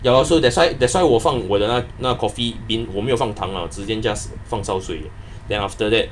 ya lor that's why that's why 我放我的那那 coffee in 我没有放糖 uh 我直接 just 放烧水 then after that